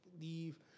leave